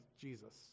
Jesus